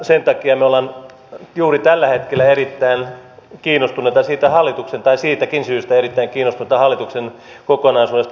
sen takia me olemme juuri tällä hetkellä erittäin kiinnostuneita siitä hallituksen tai siitäkin syystä erittäin kiinnostuneita hallituksen kokonaisuudesta